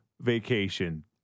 vacation